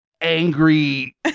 angry